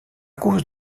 cause